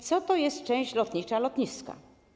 Co to jest część lotnicza lotniska?